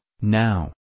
now